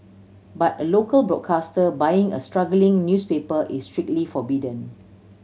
but a local broadcaster buying a struggling newspaper is strictly forbidden